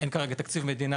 אין כרגע תקציב מדינה,